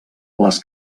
les